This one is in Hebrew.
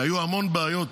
היו המון בעיות,